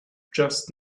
just